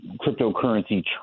cryptocurrency